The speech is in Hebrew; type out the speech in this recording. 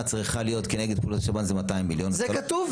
צריכה להיות כנגד כל השב"ן זה 200 מיליון --- זה כתוב,